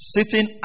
Sitting